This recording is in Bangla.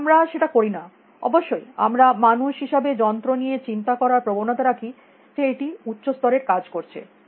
কিন্তু আমরা সেটা করি না অবশ্যই আমরা মানুষ হিসাবে যন্ত্র নিয়ে চিন্তা করার প্রবণতা রাখি যে এটি উচ্চ স্তরের কাজ করছে